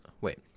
Wait